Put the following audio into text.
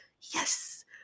Yes